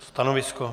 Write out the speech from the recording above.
Stanovisko?